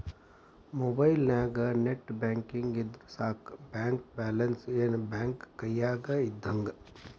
ಮೊಬೈಲ್ನ್ಯಾಗ net banking ಇದ್ರ ಸಾಕ ಬ್ಯಾಂಕ ಬ್ಯಾಲೆನ್ಸ್ ಏನ್ ಬ್ಯಾಂಕ ಕೈಯ್ಯಾಗ ಇದ್ದಂಗ